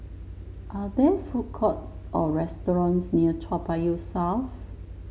are there food courts or restaurants near Toa Payoh South